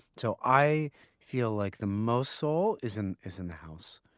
so, i feel like the most soul is in is in the house